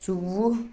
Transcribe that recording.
ژۄوُہ